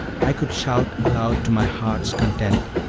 i could shout aloud to my heart's content,